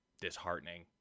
disheartening